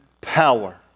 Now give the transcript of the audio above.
power